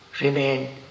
remain